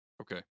Okay